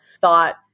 thought